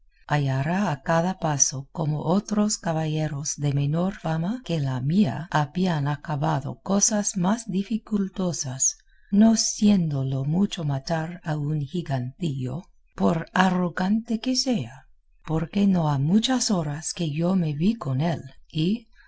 hallara a cada paso cómo otros caballeros de menor fama que la mía habían acabado cosas más dificultosas no siéndolo mucho matar a un gigantillo por arrogante que sea porque no ha muchas horas que yo me vi con él y